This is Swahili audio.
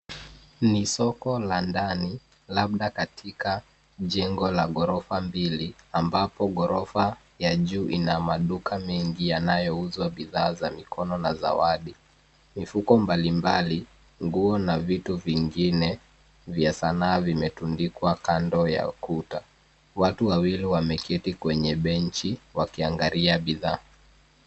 Ni soko la ndani, labda katika jengo la ghorofa mbili ambapo ghorofa ya juu ina maduka mengi, yanayouzwa bidhaa za mikono na zawadi. Mifuko mbalimbali, nguo na vitu vingine vya sanaa vimetundikwa kando ya kuta. Watu wawili wameketi kwenye benchi wakiangalia bidhaa.